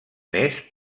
més